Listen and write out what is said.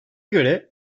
göre